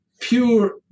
Pure